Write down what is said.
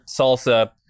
salsa